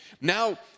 Now